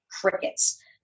crickets